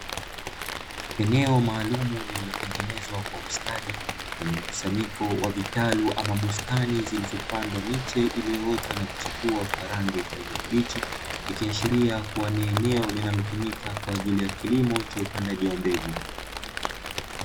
Eneo maalumu, lililotengenezwa kwa ustadi lenye mkusanyiko wa vitalu ama bustani zilizopandwa miche iliyoota na kuchipua kwa rangi ya kijani kibichi, likiashiria kuwa ni eneo linalotumika kwaajili ya kilimo cha upandaji wa mbegu.